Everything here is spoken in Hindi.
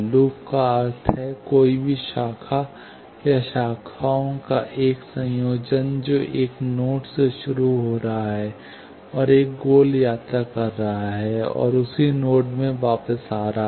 लूप का अर्थ है कोई भी शाखा या शाखाओं का एक संयोजन जो एक नोड से शुरू हो रहा है और एक गोल यात्रा कर रहा है और उसी नोड में वापस आ रहा है